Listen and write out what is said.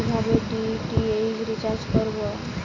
কিভাবে DTH recharge করব?